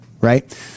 Right